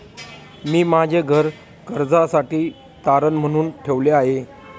मी माझे घर कर्जासाठी तारण म्हणून ठेवले आहे